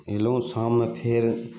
गेलहुँ शाममे फेर